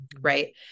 Right